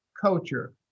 culture